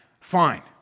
fine